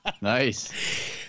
nice